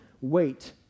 Wait